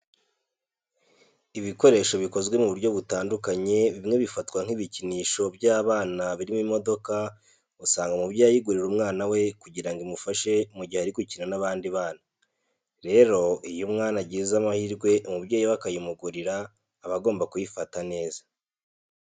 Ibikoresho bikozwe mu buryo butandukanye bimwe bifatwa nk'ibikinisho by'abana birimo imodoka, usanga umubyeyi ayigurira umwana we kugira ngo imufashe mu gihe ari gukina n'abandi bana. Rero iyo umwana agize amahirwe umubyeyi we akayimugurira aba agomba kuyifata neza.